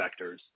vectors